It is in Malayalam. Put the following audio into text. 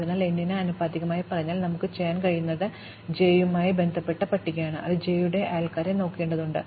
അതിനാൽ അത് n ന് ആനുപാതികമായി പറഞ്ഞാൽ നമുക്ക് ചെയ്യാൻ കഴിയുന്നത് j യുമായി ബന്ധപ്പെട്ട പട്ടികയിലാണ് അത് j യുടെ അയൽക്കാരെ നോക്കേണ്ടതുണ്ട്